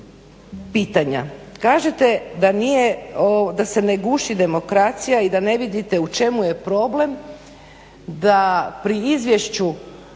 pitanja. Kažete da nije, da se ne guši demokracija i da ne vidite u čemu je problem da pri izvješću